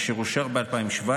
אשר אושר ב-2017,